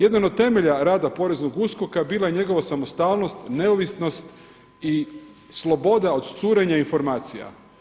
Jedan od temelja rada poreznog USKOK-a bila je njegova samostalnost, neovisnost i sloboda od curenja informacija.